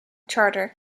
charter